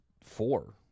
four